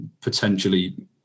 potentially